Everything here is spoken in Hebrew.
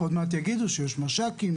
עוד מעט יגידו שיש מש"קים,